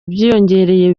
byiyongereye